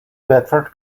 bedford